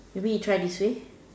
maybe you try this way